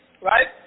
Right